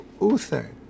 Uther